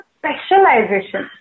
specialization